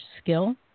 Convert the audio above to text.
skill